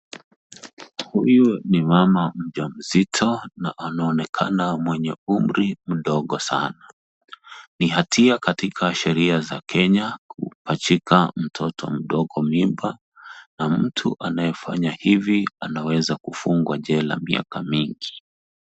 Huyu ni mama mjamzito, na anaonekana mwenye umri mdogo sana. Ni hatia katika sheria za Kenya kupachika mtoto mdogo mimba, na mtu anayefanya hivi anaweza kufungwa jela miaka mingi.